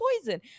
poison